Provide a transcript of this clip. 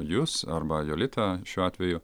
jus arba jolitą šiuo atveju